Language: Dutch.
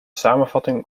samenvatting